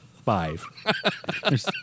five